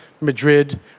Madrid